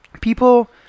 people